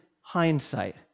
hindsight